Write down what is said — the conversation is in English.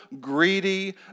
greedy